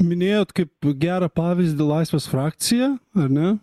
minėjot kaip gerą pavyzdį laisvės frakciją ar ne